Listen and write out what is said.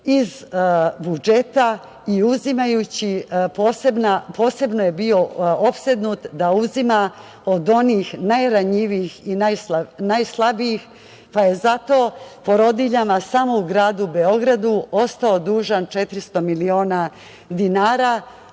iz budžeta i uzimajući posebno je bio opsednut da uzima od onih najranjivijih i najslabijih, pa je zato porodiljama samo u gradu Beogradu ostao dužan 400 miliona dinara,